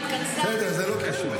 היא התכנסה --- זה לא קשור.